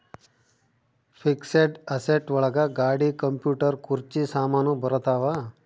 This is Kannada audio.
ಫಿಕ್ಸೆಡ್ ಅಸೆಟ್ ಒಳಗ ಗಾಡಿ ಕಂಪ್ಯೂಟರ್ ಕುರ್ಚಿ ಸಾಮಾನು ಬರತಾವ